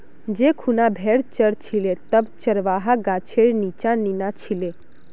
जै खूना भेड़ च र छिले तब चरवाहा गाछेर नीच्चा नीना छिले